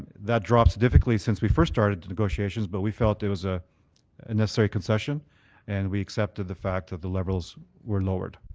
that dropped significantly since we first started negotiations but we felt it was a necessary concession and we accepted the fact that the levels were lowered.